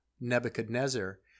Nebuchadnezzar